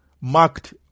marked